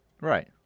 right